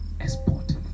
export